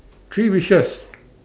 three wishes